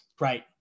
Right